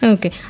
Okay